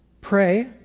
Pray